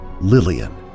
Lillian